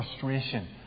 frustration